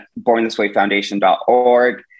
BornThisWayFoundation.org